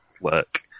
work